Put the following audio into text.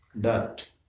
dirt